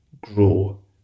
grow